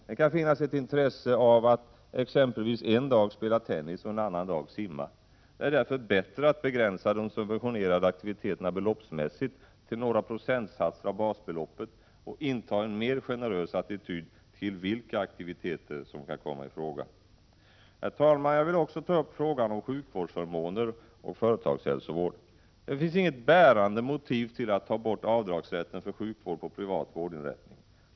Det kan finnas ett intresse av att exempelvis en dag spela tennis och en annan dag simma. Det är därför bättre att begränsa de subventionerade aktiviteterna beloppsmässigt till några procentsatser av basbeloppet och inta en mer generös attityd till vilka aktiviteter som kan komma i fråga. Herr talman! Jag vill också ta upp frågan om sjukvårdsförmåner och företagshälsovård. Det finns inget bärande motiv till att ta bort avdragsrätten för sjukvård på privat vårdinrättning.